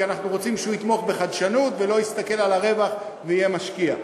כי אנחנו רוצים שיתמוך בחדשנות ולא יסתכל על הרווח ויהיה משקיע.